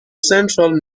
central